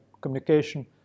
communication